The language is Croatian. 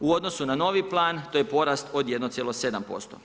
U odnosu na novi plan to je porast od 1,7%